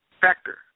factor